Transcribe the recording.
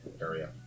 area